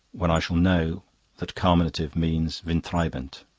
when i shall know that carminative means windtreibend.